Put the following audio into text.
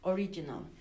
Original